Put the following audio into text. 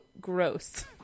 gross